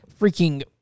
freaking